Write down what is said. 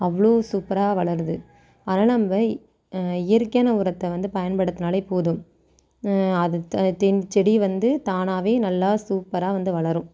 அவ்வளோ சூப்பராக வளருது அதனால் நம்ம இயற்கையான உரத்தை வந்து பயன்படுத்துனாலே போதும் அது தெ தென் செடி வந்து தானாகவே நல்லா சூப்பராக வந்து வளரும்